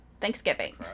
thanksgiving